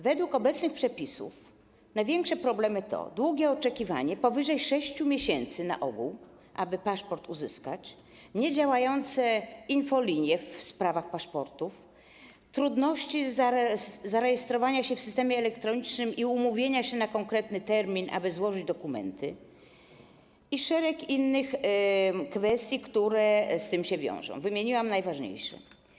Według obecnych przepisów największe problemy to: długie oczekiwanie, na ogół powyżej 6 miesięcy, aby paszport uzyskać, niedziałające infolinie w sprawach paszportów, trudności dotyczące zarejestrowania się w systemie elektronicznym i umówienia się na konkretny termin, aby złożyć dokumenty, i szereg innych kwestii, które z tym się wiążą - wymieniłam najważniejsze.